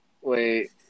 Wait